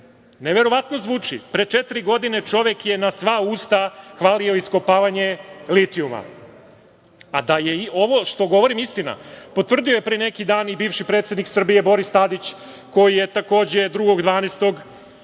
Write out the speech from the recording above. neverovatno zvuči, pre četiri godine čovek je na sva usta hvalio iskopavanje litijuma. Da je ovo što govorim istina potvrdio je pre neki dan i bivši predsednik Srbije Boris Tadić koji je takođe 2. 12.